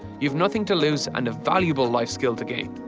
you have nothing to lose and a valuable life skill to gain.